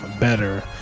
better